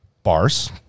Bars